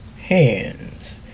hands